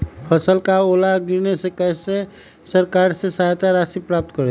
फसल का ओला गिरने से कैसे सरकार से सहायता राशि प्राप्त करें?